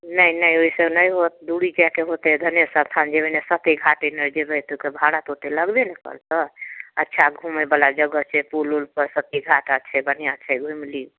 नहि नहि ओहिसँ नहि हैत दूरी छै एकैगोके धनेसर अस्थान जेबै सती घाट एन्ने जेबै तऽ ओहिके भाड़ा तऽ ओतेक लगबै ने करतै अच्छा घुमैवला जगह छै पुल उलपर सती घाट आट छै बढ़िआँ छै घुमि लिअऽ